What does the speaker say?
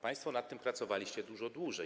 Państwo nad tym pracowaliście dużo dłużej.